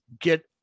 get